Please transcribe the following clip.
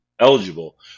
eligible